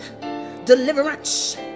deliverance